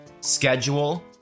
schedule